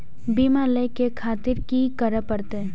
बीमा लेके खातिर की करें परतें?